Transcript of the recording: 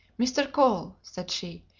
mr. cole, said she,